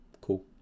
Cool